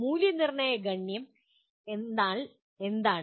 മൂല്യനിർണ്ണയ ഗണ്യം എന്നാൽ എന്താണ്